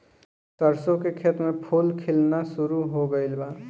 सरसों के खेत में फूल खिलना शुरू हो गइल बा